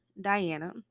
Diana